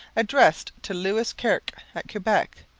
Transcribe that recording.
addressed to lewis kirke at quebec,